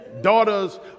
Daughters